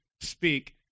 speak